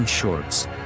shorts